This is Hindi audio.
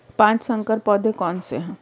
पाँच संकर पौधे कौन से हैं?